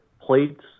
plates